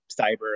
cyber